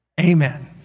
Amen